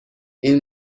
این